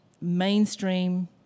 mainstream